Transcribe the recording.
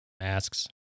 masks